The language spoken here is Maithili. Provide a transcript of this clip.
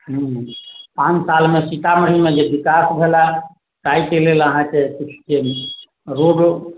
आन सालमे सीतामढ़ीमे जे विकास भेल ताहिकेँ लेल अहाँकेँ किछु रोडो